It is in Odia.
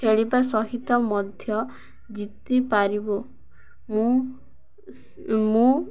ଖେଳିବା ସହିତ ମଧ୍ୟ ଜିତି ପାରିବୁ ମୁଁ ମୁଁ